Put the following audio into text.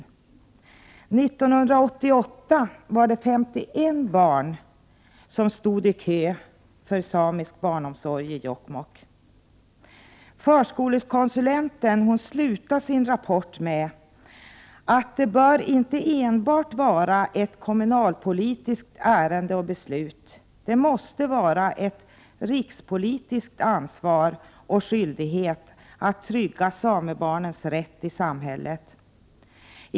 1988 stod 51 barn i kö för att få samisk barnomsorg i Jokkmokk. Förskolekonsulenten avslutar sin rapport med att säga att det inte enbart bör vara ett kommunalpolitiskt ärende och beslut. Det måste också vara ett rikspolitiskt ansvar och en rikspolitisk skyldighet att samebarnens rätt i samhället tryggas.